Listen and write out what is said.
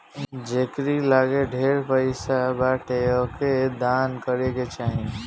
जेकरी लगे ढेर पईसा बाटे ओके दान करे के चाही